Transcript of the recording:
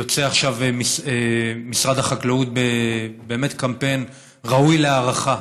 יוצא עכשיו משרד החקלאות באמת בקמפיין ראוי להערכה